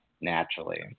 naturally